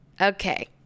Okay